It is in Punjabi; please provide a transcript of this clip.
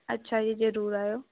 ਅੱਛਾ ਜੀ ਜ਼ਰੂਰ ਆਇਓ